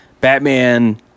Batman